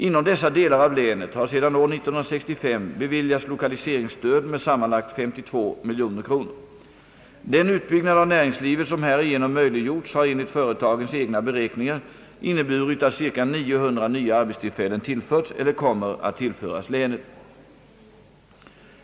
Inom dessa delar av länet har sedan år 1965 beviljats lokaliseringsstöd med sammanlagt 52 miljoner kronor. Den utbyggnad av näringslivet som härigenom möjliggjorts har enligt företagens egna beräkningar inneburit att ca 900 nya arbetstillfällen tillförts eller kommer att tillföras länet.